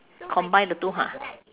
combine the two ha